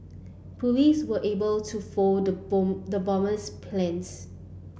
police were able to foil the bomb the bomber's plans